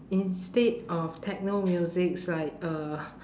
instead of techno musics like uh